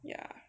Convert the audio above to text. yeah